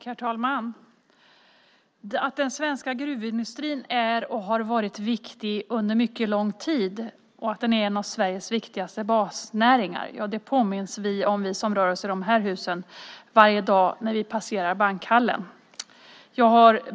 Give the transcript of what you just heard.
Herr talman! Att den svenska gruvindustrin är, och har varit, viktig under en mycket lång tid och att den är en av Sveriges viktigaste basnäringar påminns vi som rör oss i de här husen varje dag om när vi passerar bankhallen.